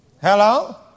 Hello